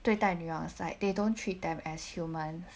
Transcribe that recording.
对代女佣 aside they don't treat them as human